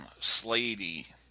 Sladey